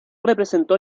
representó